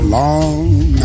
long